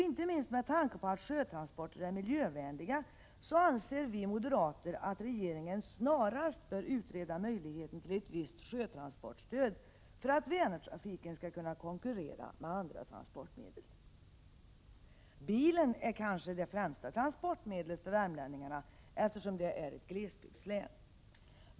Inte minst med tanke på att sjötransporter är miljövänliga anser vi moderater att regeringen snarast bör utreda möjligheten att lämna ett visst sjötransportstöd för att Vänertrafiken skall kunna konkurrera med annan transport. Bilen är kanske det främsta transportmedlet för värmlänningarna, eftersom länet är ett glesbygdslän.